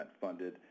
funded